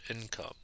income